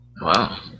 Wow